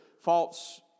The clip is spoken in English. false